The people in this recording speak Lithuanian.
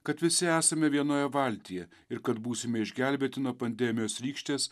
kad visi esame vienoje valtyje ir kad būsime išgelbėti nuo pandemijos rykštės